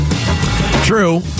True